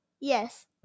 Yes